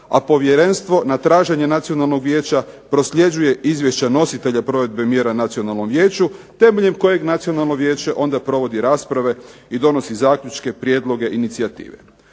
a povjerenstvo na traženje nacionalnog vijeća prosljeđuje izvješća nositelja provedbe nacionalnom vijeću, temeljem kojeg nacionalno vijeće onda provodi rasprave i donosi zaključke, prijedloge, inicijative.